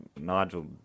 Nigel